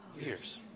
years